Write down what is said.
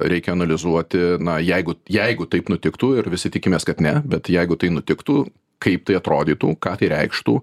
reikia analizuoti na jeigu jeigu taip nutiktų ir visi tikimės kad ne bet jeigu tai nutiktų kaip tai atrodytų ką tai reikštų